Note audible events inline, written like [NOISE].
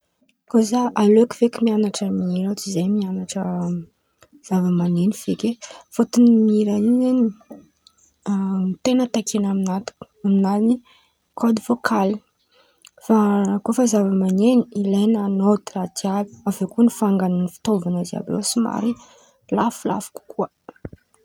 Kô zah aleoko feky mian̈atra mihira toy zay mian̈atra [HESITATION] zava-man̈eno feky e! Fôtiny mihira io zen̈y [HESITATION] ten̈a takian̈a amin̈any kôdy vôkaly; fa [HESITATION] kô fa zava-man̈eno ilain̈a nôty raha jiàby avy eo koa vangan̈y fitaovan̈a zareo somary lafolafo kokoa.